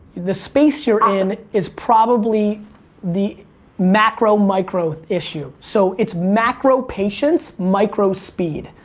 the space you're in is probably the macro micro issue. so it's macro patience, micro speed,